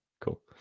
Cool